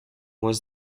was